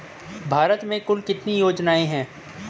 भारत में कुल कितनी योजनाएं हैं?